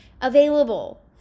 available